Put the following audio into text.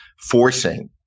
forcing